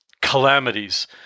calamities